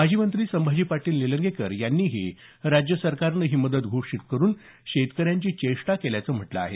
माजी मंत्री संभाजी पाटील निलंगेकर यांनीही राज्य सरकारनं ही मदत घोषित करुन शेतकऱ्यांची चेष्टा केल्याचं म्हटलं आहे